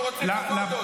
הוא רוצה כבוד עוד.